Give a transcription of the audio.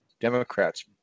democrats